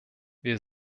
wir